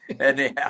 anyhow